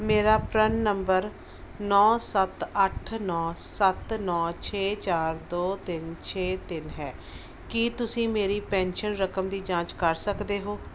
ਮੇਰਾ PRAN number ਨੌਂ ਸੱਤ ਅੱਠ ਨੌਂ ਸੱਤ ਨੌਂ ਛੇ ਚਾਰ ਦੋ ਤਿੰਨ ਛੇ ਤਿੰਨ ਹੈ ਕੀ ਤੁਸੀਂ ਮੇਰੀ ਪੈਨਸ਼ਨ ਰਕਮ ਦੀ ਜਾਂਚ ਕਰ ਸਕਦੇ ਹੋ